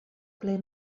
ble